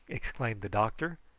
exclaimed the doctor,